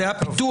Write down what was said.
זה היה פתוח.